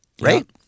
right